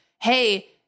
hey